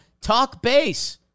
TALKBASE